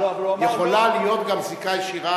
יכולה להיות גם זיקה ישירה,